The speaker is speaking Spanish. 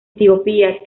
etiopía